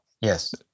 Yes